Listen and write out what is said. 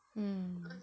mm